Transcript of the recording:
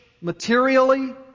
materially